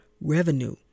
revenue